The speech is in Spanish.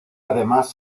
además